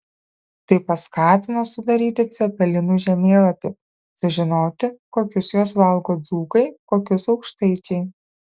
tai paskatino sudaryti cepelinų žemėlapį sužinoti kokius juos valgo dzūkai kokius aukštaičiai